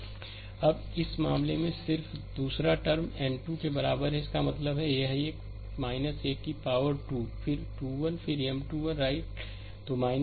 slide समय देखें 1620 अब इस मामले में दूसरा टर्म n 2 के बराबर है इसका मतलब है यह है 1 की पावर 2 फिर 21 फिर M21 राइट